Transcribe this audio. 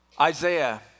Isaiah